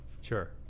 sure